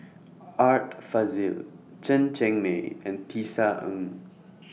Art Fazil Chen Cheng Mei and Tisa Ng